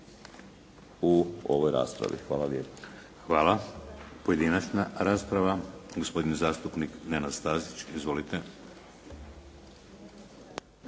Vladimir (HDZ)** Hvala. Pojedinačna rasprava. Gospodin zastupnik Nenad Stazić. Izvolite.